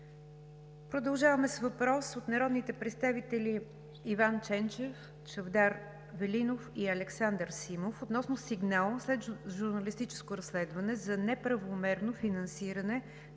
Продължаваме с въпрос от народните представители Иван Ченчев, Чавдар Велинов и Александър Симов относно сигнал след журналистическо разследване за неправомерно финансиране на